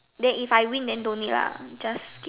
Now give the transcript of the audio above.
then if I win don't need lah just